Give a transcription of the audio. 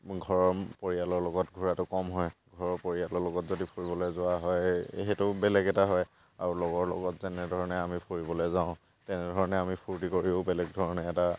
মোৰ ঘৰৰ পৰিয়ালৰ লগত ঘূৰাটো কম হয় ঘৰৰ পৰিয়ালৰ লগত যদি ফুৰিবলৈ যোৱা হয় সেইটো বেলেগ এটা হয় আৰু লগৰ লগত আমি যেনেধৰণে ফুৰিবলৈ যাওঁ তেনেধৰণে আমি ফুৰ্ত্তি কৰিও বেলেগ ধৰণে এটা